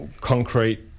concrete